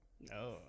No